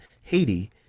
Haiti